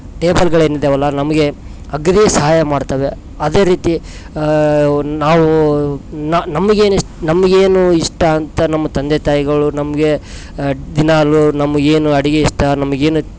ಟೇಬಲ್ಗಳೇನಿದೆವಲ್ಲ ನಮಗೆ ಅಗ್ರಿ ಸಹಾಯ ಮಾಡ್ತವೆ ಅದೇ ರೀತಿ ನಾವು ನಮಗೇನು ಇಷ್ಟ ಅಂತ ನಮ್ಮ ತಂದೆ ತಾಯಿಗಳು ನಮಗೆ ದಿನಾಗಲು ನಮಗೇನು ಅಡಿಗೆ ಇಷ್ಟ ನಮ್ಗೇನು